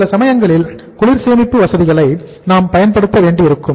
சில சமயங்களில் குளிர் சேமிப்பு வசதிகளை நாம் பயன்படுத்த வேண்டியிருக்கும்